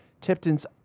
Tipton's